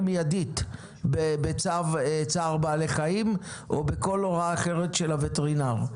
מיידית בצו צער בעלי חיים או בכל הוראה אחרת של הווטרינר.